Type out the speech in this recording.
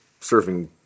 surfing